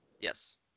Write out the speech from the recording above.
Yes